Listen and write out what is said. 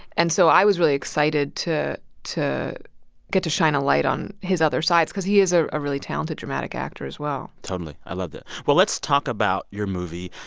and so i was really excited to to get to shine a light on his other sides cause he is a really talented dramatic actor as well totally. i loved it. well, let's talk about your movie.